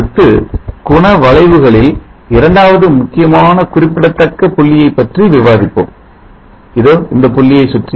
அடுத்து குண வளைவுகளில் இரண்டாவது முக்கியமான குறிப்பிடத்தக்க புள்ளியை பற்றி விவாதிப்போம் இதோ இந்த புள்ளியை சுற்றி